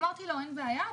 אמרתי לו שאין בעיה,